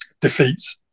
defeats